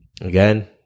Again